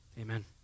amen